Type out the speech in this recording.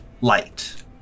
light